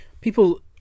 People